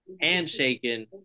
handshaking